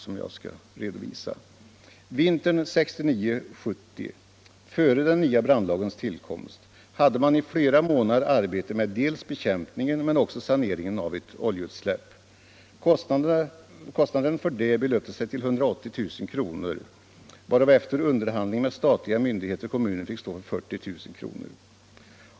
Vintern 1969-1970, före den nya brandlagens tillkomst, hade man i flera månader arbete med dels bekämpningen, dels saneringen av ett oljeutsläpp. Kostnaden för detta belöpte sig till 180 000 kr., varav efter underhandling med statliga myndigheter kommunen fick stå för 40 000 kr.